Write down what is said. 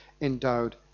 endowed